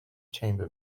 chamber